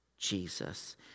jesus